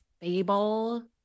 fable